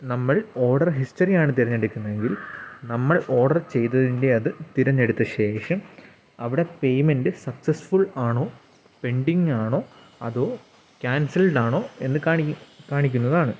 നമ്മൾ ഓർഡർ ഹിസ്റ്ററിയാണ് തെരഞ്ഞെടുക്കുന്നതെങ്കിൽ നമ്മൾ ഓർഡർ ചെയ്തതിൻ്റെ അത് തെരെഞ്ഞെടുത്ത ശേഷം അവിടെ പെയ്മെൻറ്റ് സക്സസ്ഫുൾ ആണോ പെൻറ്റിങ്ങാണോ അത് ക്യാൻസൽഡ് ആണോ എന്ന് കാണി കാണിക്കുന്നതാണ്